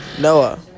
Noah